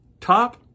top